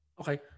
okay